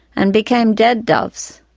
and became dead doves.